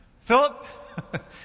Philip